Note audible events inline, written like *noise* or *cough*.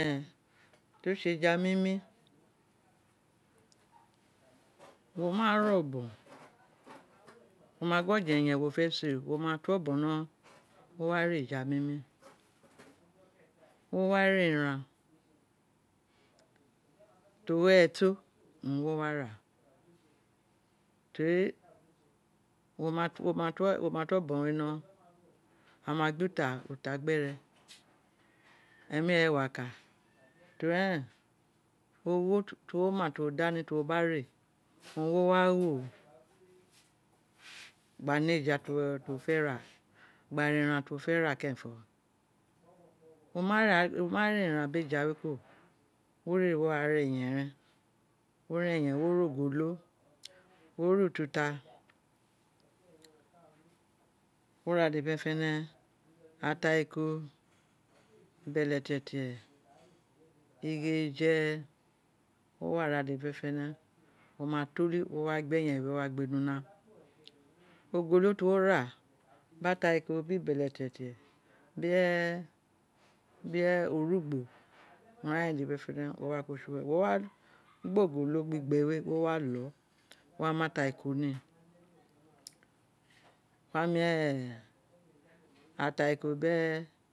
To tse eja mi mi wo ma re *noise* obon wo ma gin oje eyen wo fe se o wo ma to obon ni gho wo wa ra eja mimi wo wa ra eren *noise* ti ogho re to wo wa ra teri wo ma to obon ni oghou ama gbe uta gbiene ene re ee wa ka teri eren ogho ti wo wa tu wo danti wo ba ne owun wo wa gho gba na eja ti wo fe ra gba ra eran ti wo fe ra keren fo wo ma *hesitation* *noise* ra eran ti wo fe ra kuro wo re wo wa wa eyen ren wo na eyen wo ra ogolo wo ra ututa ra dede fene fene we wa tolu wo wa gbe eyen wo wa gbe ni una ogolo to wo ra biri orugbo urun ghan ren dede fene fene wa wo ko isi uwere wo wa gba ogolo gbigbe we wo wa lo wa wa mu ataiko ni wo wa mu ataiko be